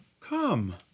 Come